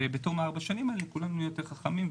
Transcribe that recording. בתום ארבע השנים האלה כולנו נהיה יותר חכמים,